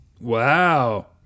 Wow